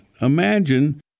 Imagine